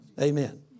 Amen